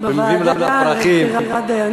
שאנחנו נלך אחרי השקר, אשר אין בה מועיל?